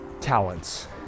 talents